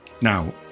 Now